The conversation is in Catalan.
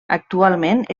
actualment